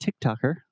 TikToker